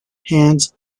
hands